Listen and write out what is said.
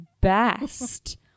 best